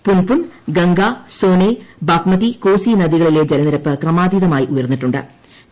പുൻപുൻ ഗംഗ സോനെ ബാഗ്മിയി കോസി നദികളിലെ ജലനിരപ്പ് ക്രമാതീതമായി ഉയർന്നിട്ടുണ്ട്ട്